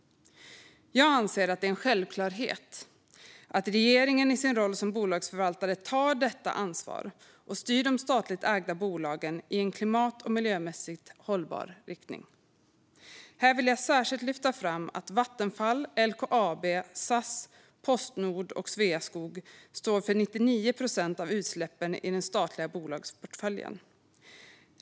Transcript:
Jag anser att det är en självklarhet att regeringen i sin roll som bolagsförvaltare tar detta ansvar och styr de statligt ägda bolagen i en klimat och miljömässigt hållbar riktning. Här vill jag särskilt lyfta fram att Vattenfall, LKAB, SAS, Postnord och Sveaskog står för 99 procent av utsläppen i den statliga bolagsportföljen.